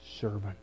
servant